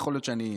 יכול להיות שניים,